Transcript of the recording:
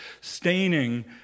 staining